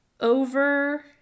over